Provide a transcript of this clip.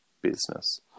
business